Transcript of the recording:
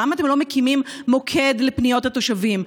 למה אתם לא מקימים מוקד לפניות התושבים?